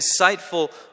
insightful